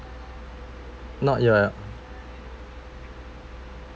not your